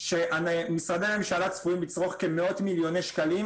שמשרדי הממשלה צפויים לצרוך כמאות מיליוני שקלים,